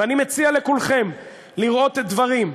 ואני מציע לכולכם לראות דברים,